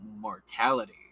mortality